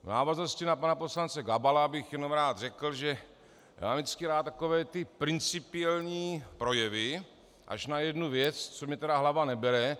V návaznosti na pana poslance Gabala bych jenom rád řekl, že já mám vždycky rád takové ty principiální projevy, až na jednu věc, co mi hlava nebere.